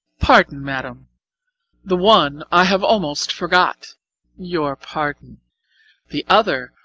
pardon, madam the one i have almost forgot your pardon the other,